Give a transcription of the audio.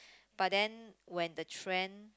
but then when the trend